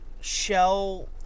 shell